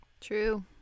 True